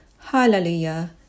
Hallelujah